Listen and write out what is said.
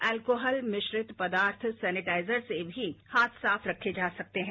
alcohol मिश्रित पदार्थ sanitizer से भी हाथ साफ रखे जा सकते हैं